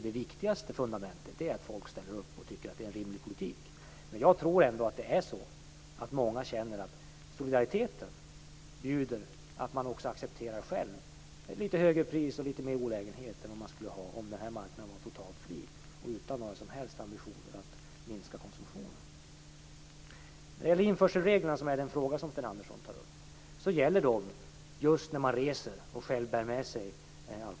Det viktigaste fundamentet är att folk ställer upp och tycker att det är en rimlig politik. Jag tror att många känner att solidariteten bjuder att man också själv accepterar ett litet högre pris och litet mera olägenheter än det skulle vara om den här marknaden var totalt fri och utan några som helst ambitioner att minska konsumtionen. Sten Andersson tar upp frågan om införselreglerna. Dessa gäller just när man reser och själv bär med sig alkoholen.